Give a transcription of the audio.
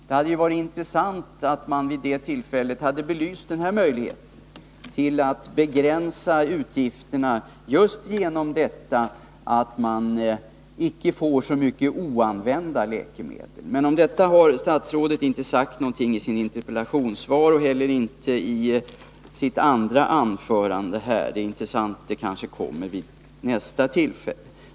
Det hade varit av intresse om man vid det tillfället också hade belyst möjligheten att begränsa utgifterna just genom att se till att det inte blir så mycket av oanvända läkemedel. Men om detta har statsrådet inte sagt någonting i sitt interpellationssvar och inte heller i sitt andra anförande här. Det vore intressant att få ett svar på det, men det kanske kommer vid nästa tillfälle.